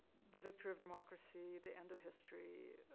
the victory of democracy, the end of history,